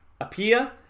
appear